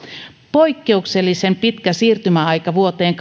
poikkeuksellisen pitkä siirtymäaika vuoteen